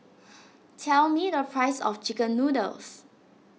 tell me the price of Chicken Noodles